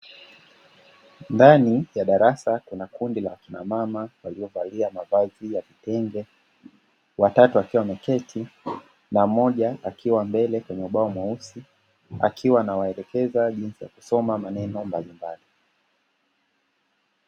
Ndani ya darasa, kuna kundi la akina mama waliovalia mavazi ya kitenge, watatu wakiwa wameketi na mmoja akiwa mbele kwenye ubao mweusi, akiwa anawaelekeza jinsi ya kusoma maneno mbalimbali.